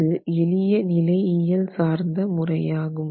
இது எளிய நிலை இயல் சார்ந்த முறையாகும்